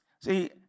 see